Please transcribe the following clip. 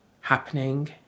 happening